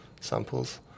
samples